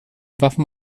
waffen